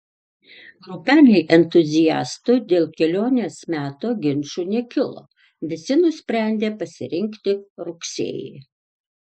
grupelei entuziastų dėl kelionės meto ginčų nekilo visi nusprendė pasirinkti rugsėjį